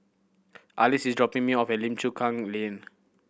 Arlis is dropping me off at Lim Chu Kang Lane